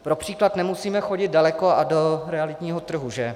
Pro příklad nemusíme chodit daleko a do realitního trhu, že?